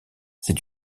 c’est